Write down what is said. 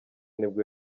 nibwo